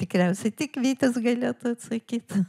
tikriausiai tik vytis galėtų atsakyt